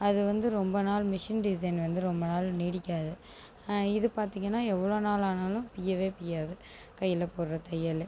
அது வந்து ரொம்ப நாள் மிஷின் டிசைன் வந்து ரொம்ப நாள் நீடிக்காது இது பார்த்திங்கன்னா எவ்வளோ நாள் ஆனாலும் பியவே பிய்யாது கையில் போடுகிற தையல்